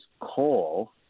coal